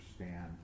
understand